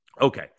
Okay